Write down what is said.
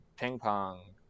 ping-pong